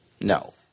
No